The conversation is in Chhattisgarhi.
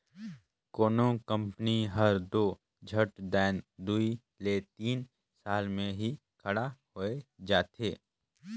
कोनो कंपनी हर दो झट दाएन दुई ले तीन साल में ही खड़ा होए जाथे